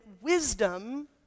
wisdom